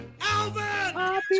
Alvin